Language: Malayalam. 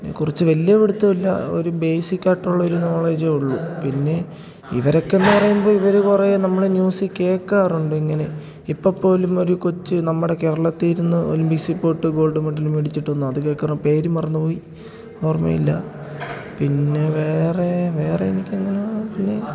കൊറച്ച് വല്യ പിടുത്തൂല്ല ഒരു ബേസിക്കായിട്ടുള്ളൊരു നോളേജേ ഉള്ളു പിന്നെ ഇവരൊക്കെയെന്നു പറയുമ്പോൾ ഇവർ കുറേ നമ്മൾ ന്യൂസിൽ കേൾക്കാറുണ്ട് ഇങ്ങനെ ഇപ്പോൾ പോലും ഒരു കൊച്ച് നമ്മുടെ കേരളത്തിൽ ഇരുന്ന് ഒളിമ്പിക്സിൽ പോയിട്ട് ഗോൾഡ് മെഡല് മേടിച്ചിട്ട് വന്നു അത് കേട്ടിരുന്നു പേരും മറന്നുപോയി ഓർമ്മയില്ല പിന്നെ വേറെ വേറെ എനിക്കങ്ങനെ പിന്നെ